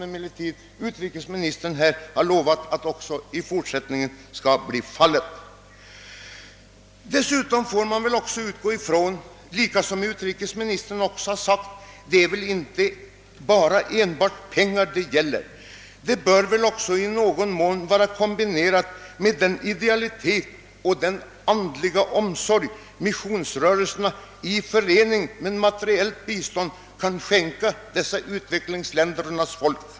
Emellertid har utrikesministern ju lovat att detta i fortsättningen skall bli fallet. Dessutom får man väl också, vilket även utrikesministern har sagt, utgå ifrån att det inte enbart gäller pengar. Det bör väl också i någon mån vara kombinerat med den idealitet och den andliga omsorg som missionsrörelserna kan skänka utvecklingsländernas folk utöver materiellt bistånd.